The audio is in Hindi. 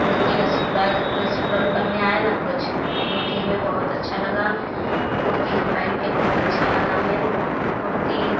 कुर्ती ना सिकुड़ा ना सिकुड़नपन में आया ना कुछ कुर्ती हमें बहुत अच्छा लगा कुर्ती हम पहन के बहुत अच्छा लगा हमें कुर्ती